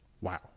Wow